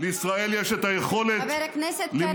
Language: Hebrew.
לישראל יש את היכולת, חבר הכנסת קריב, בבקשה.